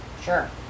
Sure